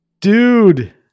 Dude